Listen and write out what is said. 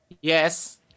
Yes